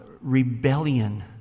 rebellion